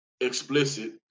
explicit